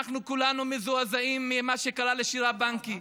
אנחנו כולנו מזועזעים ממה שקרה לשירה בנקי.